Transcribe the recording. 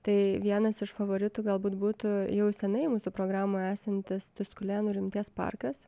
tai vienas iš favoritų galbūt būtų jau senai mūsų programoje esantis tuskulėnų rimties parkas